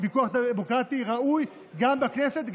ויכוח דמוקרטי ראוי גם בכנסת,